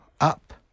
up